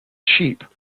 sheep